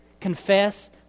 confess